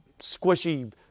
squishy